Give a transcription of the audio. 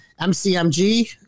MCMG